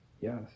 Yes